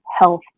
health